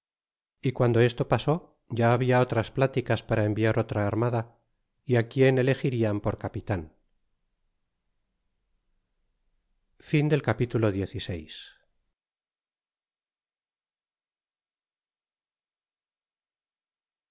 y guando esto pasó ya habia otras pláticas para enviar otra armada é quien elegirian por capitan